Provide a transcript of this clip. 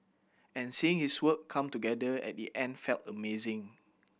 and seeing his work come together at the end felt amazing